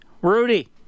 Rudy